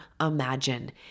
imagine